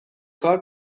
کار